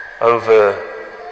over